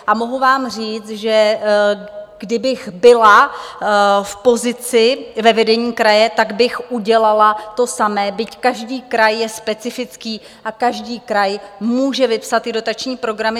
A mohu vám říct, že kdybych byla v pozici ve vedení kraje, tak bych udělala to samé, byť každý kraj je specifický a každý kraj může vypsat ty dotační programy.